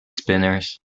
spinners